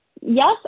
yes